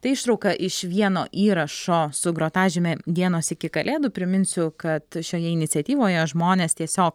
tai ištrauka iš vieno įrašo su grotažyme dienos iki kalėdų priminsiu kad šioje iniciatyvoje žmonės tiesiog